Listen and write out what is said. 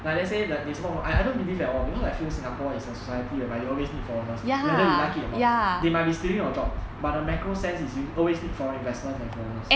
like let's say that they support voice I don't believe at all because I feel singapore is a society whereby you always need foreigners whether you like it or not they might be stealing your job but the macro sense is always need for foreigner investments and foreigners